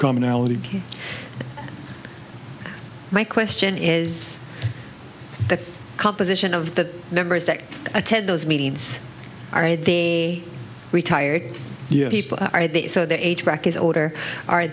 commonality my question is the composition of the members that attend those meetings are they retired people are they so the age bracket order are